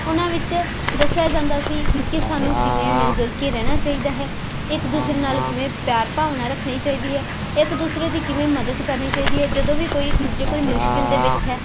ਉਹਨਾਂ ਵਿੱਚ ਦੱਸਿਆ ਜਾਂਦਾ ਸੀ ਕਿ ਸਾਨੂੰ ਕਿਵੇਂ ਮਿਲ ਜੁਲ ਕੇ ਰਹਿਣਾ ਚਾਹੀਦਾ ਹੈ ਇੱਕ ਦੂਸਰੇ ਨਾਲ ਕਿਵੇਂ ਪਿਆਰ ਭਾਵਨਾ ਰੱਖਣੀ ਚਾਹੀਦੀ ਹੈ ਇੱਕ ਦੂਸਰੇ ਦੀ ਕਿਵੇਂ ਮਦਦ ਕਰਨੀ ਚਾਹੀਦੀ ਹੈ ਜਦੋਂ ਵੀ ਕੋਈ ਜੇ ਕੋਈ ਮੁਸ਼ਕਿਲ ਦੇ ਵਿੱਚ ਹੈ